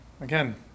Again